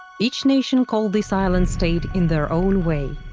each nation called this island state in their own way.